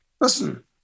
listen